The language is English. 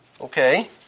Okay